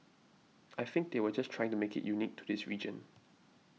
I think they were just trying to make it unique to this region